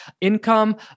income